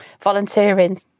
volunteering